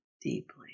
deeply